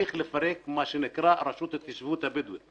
שצריך לפרק מה שנקרא את הרשות להתיישבות הבדואית.